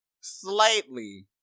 slightly